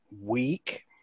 weak